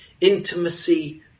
Intimacy